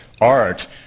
art